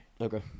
Okay